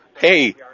Hey